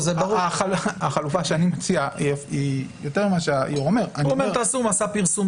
החלופה שאני מציע היא יותר משהיו"ר אומר --- תעשו מסע פרסום